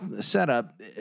setup